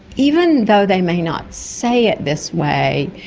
even though they may not say it this way,